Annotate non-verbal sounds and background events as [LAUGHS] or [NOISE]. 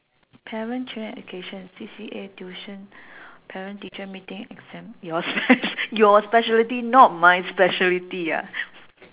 parent children and education C_C_A tuition parent teacher meeting exam your [LAUGHS] sp~ your specialty not my specialty ah